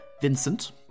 Vincent